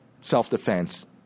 self-defense –